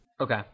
Okay